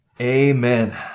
Amen